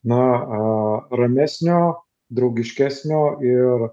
na ramesnio draugiškesnio ir